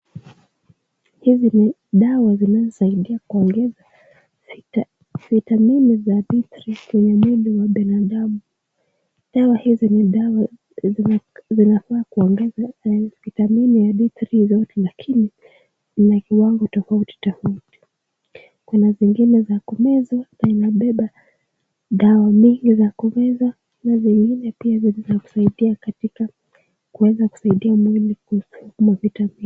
Hizi ni dawa zinazosaidia kuongeza vitamini za D3 kwenye mwili wa binadamu. Dawa hizi ni dawa zinafaa kuongeza hizi vitamini ya D3 zote lakini na kiwango tofauti tofauti. Kuna zingine za kumezwa, na inabeba dawa mingi za kumezwa, na zingine pia zinazosaidia katika kuweza kusaidia mwili kusukuma vitamini .